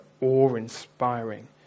awe-inspiring